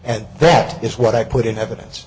and that is what i put in evidence